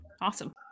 Awesome